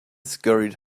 scurried